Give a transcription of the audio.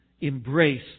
embrace